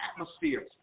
atmosphere